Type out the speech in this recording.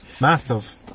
massive